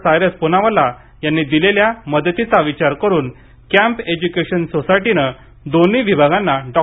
सायरस पुनावाला यांनी दिलेल्या मदतीचा विचार करून कॅम्प एज्युकेशन सोसायटीने दोन्ही विभागांना डॉ